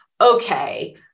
okay